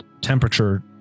temperature